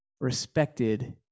respected